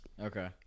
Okay